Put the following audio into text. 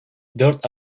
dört